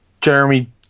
Jeremy